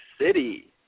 city